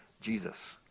Jesus